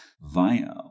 via